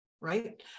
right